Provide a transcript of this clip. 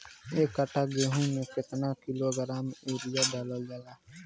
एक कट्टा गोहूँ में केतना किलोग्राम यूरिया डालल जाला?